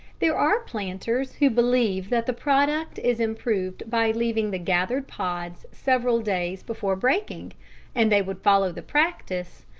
there are planters who believe that the product is improved by leaving the gathered pods several days before breaking and they would follow the practice,